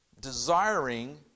desiring